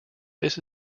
this